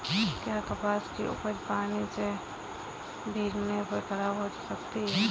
क्या कपास की उपज पानी से भीगने पर खराब हो सकती है?